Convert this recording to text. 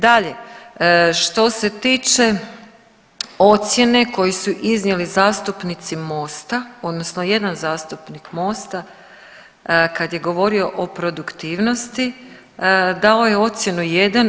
Dalje, što se tiče ocjene koju su iznijeli zastupnici MOST-a, odnosno jedan zastupnik MOST-a kad je govorio o produktivnosti dao je ocjenu jedan.